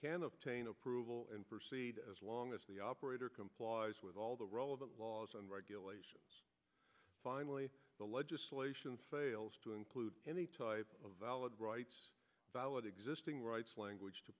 can obtain approval and proceed as long as the operator complies with all the relevant laws and regulations finally the legislation fails to include any type of rights existing rights language to